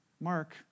Mark